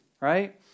right